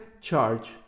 charge